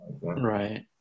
Right